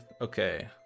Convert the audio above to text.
Okay